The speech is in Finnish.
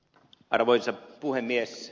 arvoisa puhemies